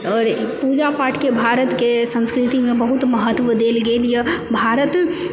आओर पूजा पाठके भारतके संस्कृतिमे बहुत महत्व देल गेल यऽ भारत